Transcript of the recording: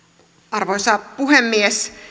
arvoisa puhemies